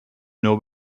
nur